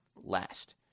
last